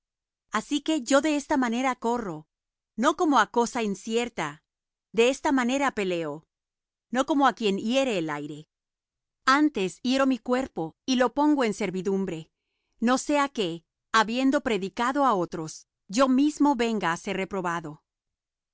así que yo de esta manera corro no como á cosa incierta de esta manera peleo no como quien hiere el aire antes hiero mi cuerpo y lo pongo en servidumbre no sea que habiendo predicado á otros yo mismo venga á ser reprobado